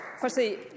Firstly